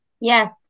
Yes